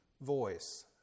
voice